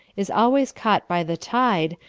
is always caught by the tide,